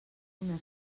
una